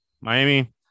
Miami